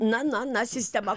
na na na sistema